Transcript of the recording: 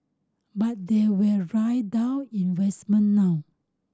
but they will drive down investment now